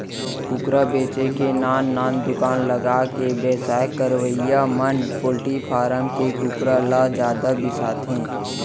कुकरा बेचे के नान नान दुकान लगाके बेवसाय करवइया मन पोल्टी फारम के कुकरा ल जादा बिसाथें